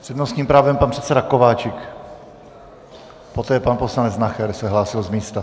S přednostním právem pan předseda Kováčik, poté pan poslanec Nacher se hlásil z místa.